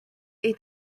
est